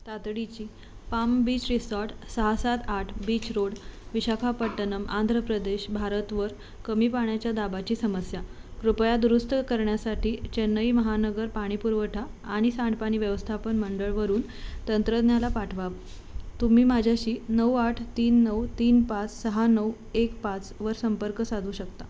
तातडीची palm beach resort सहा सात आठ बीच रोड विशाखापट्टनम आंध्रप्रदेश भारत वर कमी पाण्याच्या दाबाची समस्या कृपया दुरुस्त करण्यासाठी चेन्नई महानगर पाणीपुरवठा आणि सांडपाणी व्यवस्थापन मंडळवरून तंत्रज्ञाला पाठवा तुम्ही माझ्याशी नऊ आठ तीन नऊ तीन पाच सहा नऊ एक पाच वर संपर्क साधू शकता